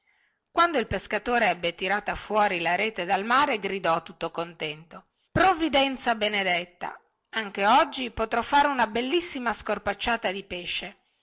quando il pescatore ebbe tirata fuori la rete dal mare gridò tutto contento provvidenza benedetta anchoggi potrò fare una bella scorpacciata di pesce